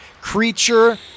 creature